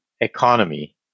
economy